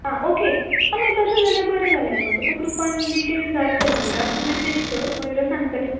आं ओके मागीर तशें जाल्यार बरें जालें मुगो तुका ग्रुपान डिटेल्स घाल तू मयुराक तू मॅसज कर मयुरा सांगतलें